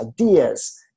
ideas